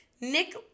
Nick